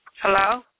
Hello